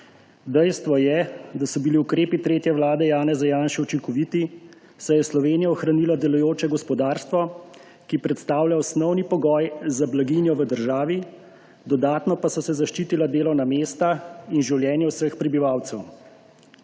Dejstvo je, da so bili ukrepi tretje vlade Janeza Janše učinkoviti, saj je Slovenija ohranila delujoče gospodarstvo, ki predstavlja osnovni pogoj za blaginjo v državi, dodatno pa so se zaščitila delovna mesta in življenje vseh prebivalcev.